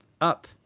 up